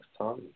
time